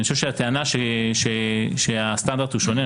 אני חושב שהטענה שהסטנדרט הוא שונה,